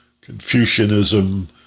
Confucianism